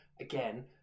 Again